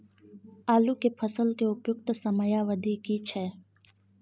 आलू के फसल के उपयुक्त समयावधि की छै?